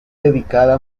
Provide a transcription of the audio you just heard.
dedicada